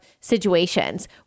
situations